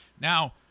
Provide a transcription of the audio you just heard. Now